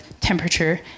temperature